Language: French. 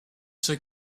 ceux